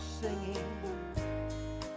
singing